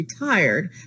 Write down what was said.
retired